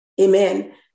amen